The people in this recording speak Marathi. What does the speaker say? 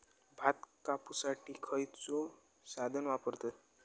भात कापुसाठी खैयचो साधन वापरतत?